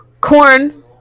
corn